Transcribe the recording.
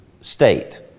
state